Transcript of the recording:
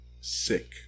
Sick